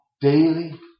daily